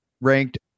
ranked